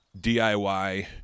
diy